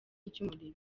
ry’umurimo